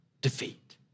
defeat